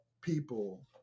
people